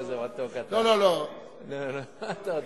לבין 15 ל-20,